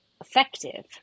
effective